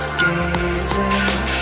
gazing